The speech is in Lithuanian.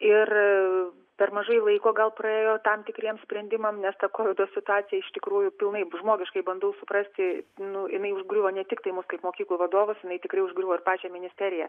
ir per mažai laiko gal praėjo tam tikriems sprendimam nes tokia situacija iš tikrųjų pilnai žmogiškai bandau suprasti nu jinai užgriuvo ne tiktai mus kaip mokyklų vadovus jinai tikrai užgriuvo ir pačią ministeriją